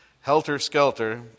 helter-skelter